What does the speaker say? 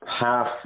half